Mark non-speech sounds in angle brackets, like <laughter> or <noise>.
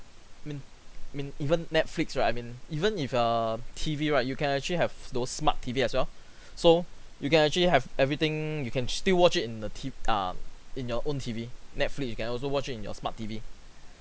mean mean even netflix right I mean even if err T_V right you can actually have those smart T_V as well <breath> so you can actually have everything you can still watch it in the t err in your own T_V netflix you can also watch it in your smart T_V